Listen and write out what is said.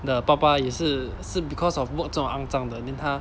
的爸爸也是是 because of work 这种肮脏的 then 他